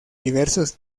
diversos